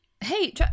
Hey